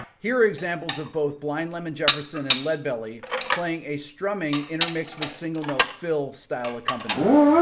here are examples of both blind lemon jefferson and lead belly playing a strumming intermixed with single note fill style accompaniment